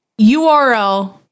URL